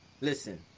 listen